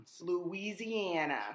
Louisiana